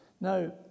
Now